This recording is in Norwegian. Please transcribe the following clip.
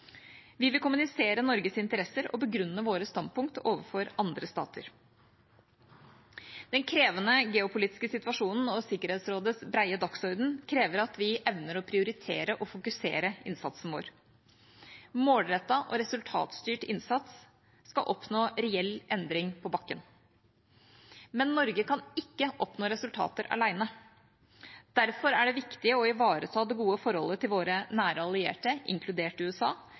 Vi vil kommunisere Norges interesser og begrunne våre standpunkt overfor andre stater. Den krevende geopolitiske situasjonen og Sikkerhetsrådets brede dagsorden krever at vi evner å prioritere og fokusere innsatsen vår. Målrettet og resultatstyrt innsats skal oppnå reell endring «på bakken». Men Norge kan ikke oppnå resultater alene. Derfor er det viktig å ivareta det gode forholdet til våre nære allierte, inkludert USA,